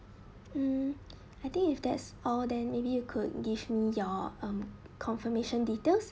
um I think if that's all then maybe you could give me your um confirmation details